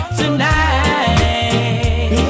tonight